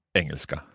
engelska